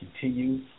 continue